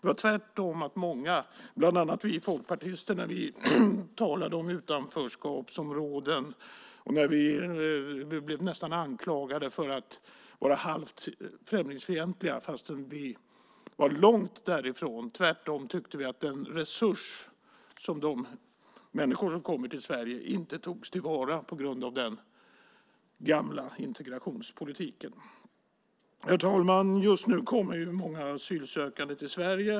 Tvärtom blev bland annat vi folkpartister när vi talade om utanförskapsområden nästan anklagade för att vara halvt främlingsfientliga, fastän vi var långt därifrån. Tvärtom tyckte vi att den resurs som de människor som kommer till Sverige utgör inte togs till vara på grund av den gamla integrationspolitiken. Fru talman! Just nu kommer många asylsökande till Sverige.